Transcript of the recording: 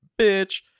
bitch